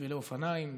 בשבילי אופניים.